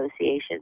Association